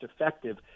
effective